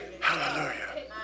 Hallelujah